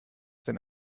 den